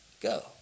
Go